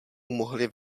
mohli